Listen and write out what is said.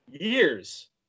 Years